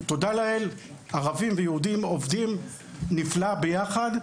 תודה לאל, ערבים ויהודים עובדים נפלא ביחד.